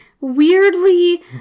weirdly